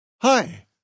Hi